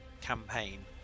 campaign